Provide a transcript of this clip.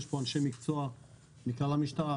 יש פה אנשי מקצוע מכלל המשטרה,